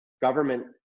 government